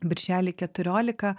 birželį keturiolika